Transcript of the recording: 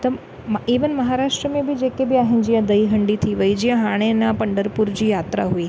त इवन महाराष्ट्रा में बि जेके बि आहिनि जीअं दहीहांडी थी वई जीअं हाणे न पंडरपुर जी यात्रा हुई